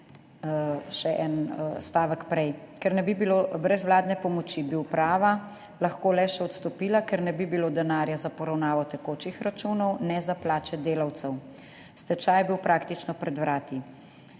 še en stavek prej: »Brez vladne pomoči bi uprava lahko le še odstopila, ker ne bi bilo denarja za poravnavo tekočih računov, ne za plače delavcev. Stečaj je bil praktično pred vrati,